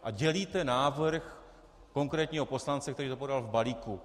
A dělíte návrh konkrétního poslance, který ho podal v balíku.